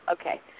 Okay